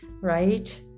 right